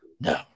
No